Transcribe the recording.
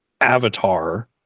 avatar